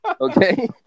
Okay